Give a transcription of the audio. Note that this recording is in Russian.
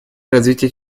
развитие